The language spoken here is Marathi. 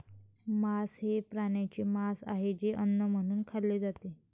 मांस हे प्राण्यांचे मांस आहे जे अन्न म्हणून खाल्ले जाते